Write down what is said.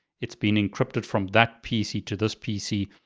it's been encrypted from that pc to this pc.